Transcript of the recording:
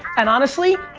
and honestly,